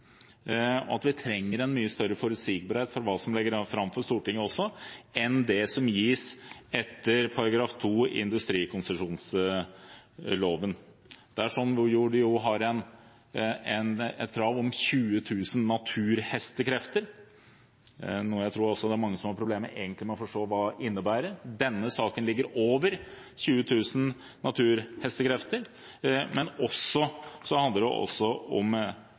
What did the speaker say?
og at vi trenger en mye større forutsigbarhet for hva som legges fram for Stortinget også, enn det som gis etter § 2 i industrikonsesjonsloven, hvor man jo har et krav om 20 000 naturhestekrefter, noe jeg tror det er mange som har problemer med å forstå hva egentlig innebærer. Denne saken ligger over 20 000 naturhestekrefter. Men det handler også om